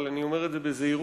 ואני אומר זאת בזהירות,